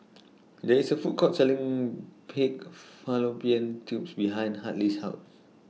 There IS A Food Court Selling Pig Fallopian Tubes behind Hartley's House